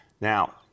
Now